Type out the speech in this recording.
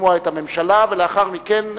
לשמוע את הממשלה, ולאחר מכן,